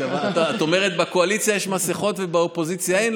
את אומרת שבקואליציה יש מסכות ובאופוזיציה אין?